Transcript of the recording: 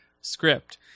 script